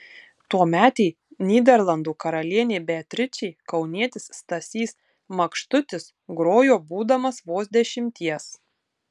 tuometei nyderlandų karalienei beatričei kaunietis stasys makštutis grojo būdamas vos dešimties